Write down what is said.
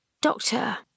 Doctor